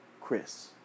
Chris